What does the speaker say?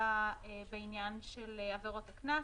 אלא בעניין של עבירות הקנס.